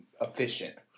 efficient